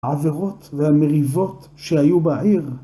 עבירות והמריבות שהיו בעיר